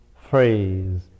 phrase